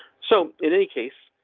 so in any case,